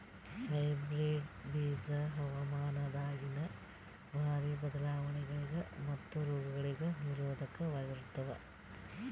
hybrid ಬೀಜ ಹವಾಮಾನದಾಗಿನ ಭಾರಿ ಬದಲಾವಣೆಗಳಿಗ ಮತ್ತು ರೋಗಗಳಿಗ ನಿರೋಧಕವಾಗಿರುತ್ತವ